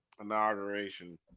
inauguration